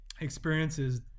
experiences